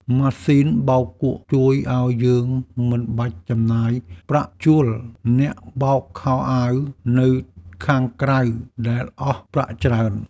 ម៉ាស៊ីនបោកគក់ជួយឱ្យយើងមិនបាច់ចំណាយប្រាក់ជួលអ្នកបោកខោអាវនៅខាងក្រៅដែលអស់ប្រាក់ច្រើន។